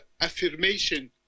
affirmation